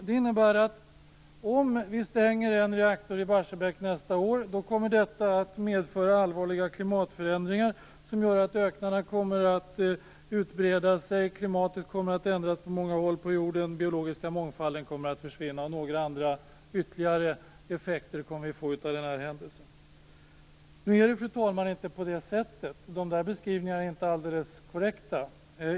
Det innebär att om vi stänger en reaktor i Barsebäck nästa år kommer detta att medföra allvarliga klimatförändringar som gör att öknarna kommer att breda ut sig, klimatet kommer att ändras på många håll på jorden och den biologiska mångfalden kommer att försvinna. Vi kommer också att få ytterligare några effekter av den här händelsen. Fru talman! Nu är det inte så. Dessa beskrivningar är inte alldeles korrekta.